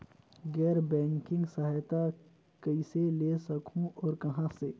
गैर बैंकिंग सहायता कइसे ले सकहुं और कहाँ से?